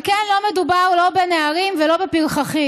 אם כן, לא מדובר לא בנערים ולא בפרחחים.